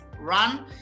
run